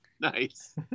Nice